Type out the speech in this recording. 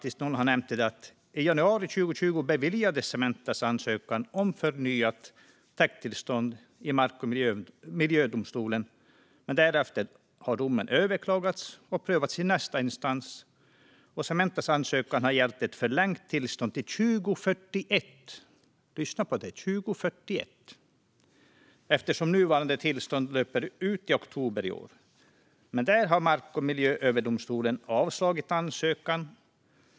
I januari 2020 beviljades Cementas ansökan om förnyat täkttillstånd i mark och miljödomstolen. Därefter har domen överklagats och prövats i nästa instans. Cementas ansökan har gällt ett förlängt tillstånd till 2041 - lyssna på det, 2041 - eftersom nuvarande tillstånd löper ut i oktober i år. Men där har Mark och miljööverdomstolen avslagit ansökan.